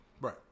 Right